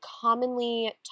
commonly